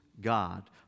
God